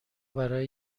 برای